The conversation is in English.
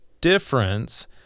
difference